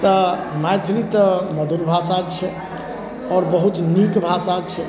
तऽ मैथिली तऽ मधुर भाषा छै आओर बहुत नीक भाषा छै